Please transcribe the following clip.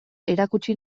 erakutsi